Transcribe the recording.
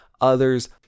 others